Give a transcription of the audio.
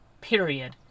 period